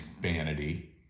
vanity